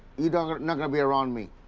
you know you're not gonna be around me.